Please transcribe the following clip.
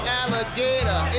alligator